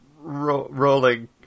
Rolling